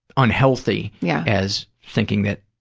unhealthy yeah as thinking that,